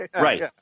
right